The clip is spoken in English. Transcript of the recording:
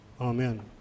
Amen